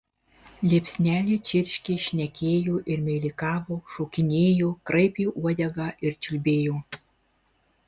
liepsnelė čirškė šnekėjo ir meilikavo šokinėjo kraipė uodegą ir čiulbėjo